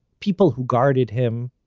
people who guarded him,